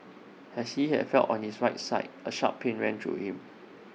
as she has fell on his right side A sharp pain ran through him